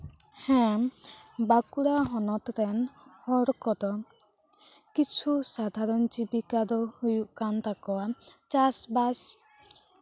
ᱦᱮᱸ ᱵᱟᱸᱠᱩᱲᱟ ᱦᱚᱱᱚᱛ ᱨᱮᱱ ᱦᱚᱲ ᱠᱚᱫᱚ ᱠᱤᱪᱷᱩ ᱥᱟᱫᱷᱟᱨᱚᱱ ᱡᱤᱵᱤᱠᱟ ᱫᱚ ᱦᱩᱭᱩᱜ ᱠᱟᱱ ᱛᱟᱠᱳᱣᱟ ᱪᱟᱥᱼᱵᱟᱥ